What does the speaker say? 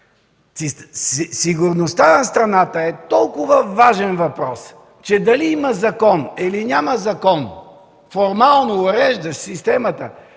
Сигурността на страната е толкова важен въпрос, че дали има, или няма закон, формално уреждащ системата,